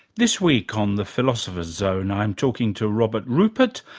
this week on the philosopher's zone i'm talking to robert rupert,